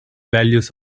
values